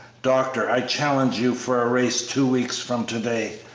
doctor, i challenge you for a race two weeks from to-day.